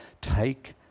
take